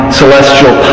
celestial